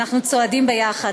ואנחנו צועדים ביחד,